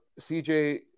CJ